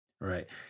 Right